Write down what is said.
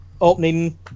opening